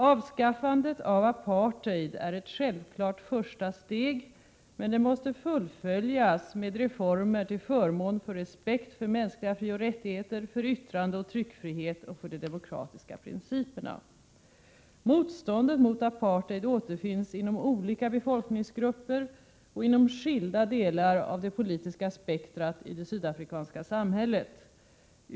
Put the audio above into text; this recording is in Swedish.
Avskaffandet av apartheid är ett självklart första steg, men det måste fullföljas med reformer till förmån för respekt för mänskliga frioch rättigheter, för yttrandeoch tryckfrihet och för de demokratiska principerna. Motståndet mot apartheid återfinns inom olika befolkningsgrupper och inom skilda delar av det politiska spektrat i det sydafrikanska samhället.